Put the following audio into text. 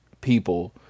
people